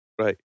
Right